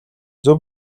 зөв